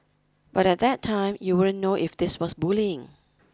but at that time you wouldn't know if this was bullying